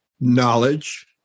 Knowledge